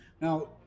Now